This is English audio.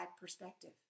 perspective